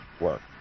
work